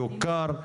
יוכר,